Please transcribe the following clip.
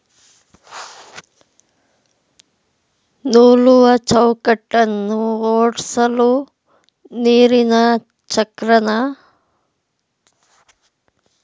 ನೂಲುವಚೌಕಟ್ಟನ್ನ ಓಡ್ಸಲು ನೀರಿನಚಕ್ರನ ಬಳಸೋದ್ರಿಂದ ನೀರಿನಚೌಕಟ್ಟು ಎಂದು ಹೆಸರಿಡಲಾಗಯ್ತೆ